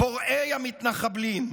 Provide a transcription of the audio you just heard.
פורעי המתנחבלים.